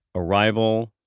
arrival,